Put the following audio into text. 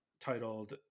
titled